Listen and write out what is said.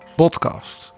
podcast